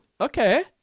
Okay